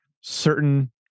certain